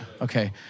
Okay